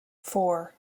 four